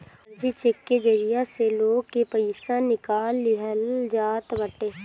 फर्जी चेक के जरिया से लोग के पईसा निकाल लिहल जात बाटे